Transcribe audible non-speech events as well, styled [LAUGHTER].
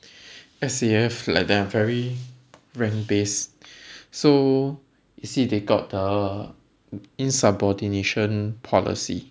[BREATH] S_A_F like they are very rank based so you see they got the insubordination policy